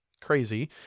crazy